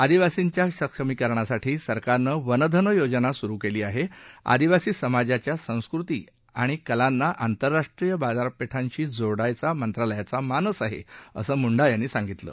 आदिवासींच्या सक्षमीकरणासाठी सरकारनं वनधन योजना सुरु केली आहे आदिवासी समाजाच्या संस्कृती आणि कला आंतरराष्ट्रीय बाजारांशी जोडायचा मंत्रालयाचा मानस आहे असं मुंडा यांनी सांगितलं